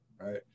right